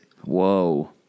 Whoa